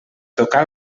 tocar